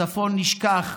הצפון נשכח.